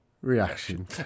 Reaction